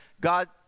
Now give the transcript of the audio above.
God